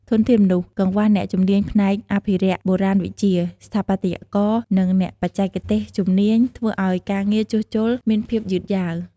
ធនធានមនុស្ស កង្វះអ្នកជំនាញផ្នែកអភិរក្សបុរាណវិទ្យា ស្ថាបត្យករ និងអ្នកបច្ចេកទេសជំនាញ ធ្វើឱ្យការងារជួសជុលមានភាពយឺតយ៉ាវ។